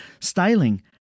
styling